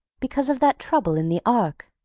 because of that trouble in the ark.